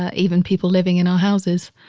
ah even people living in our houses,